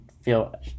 feel